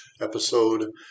episode